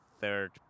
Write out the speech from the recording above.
third